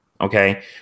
okay